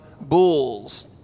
bulls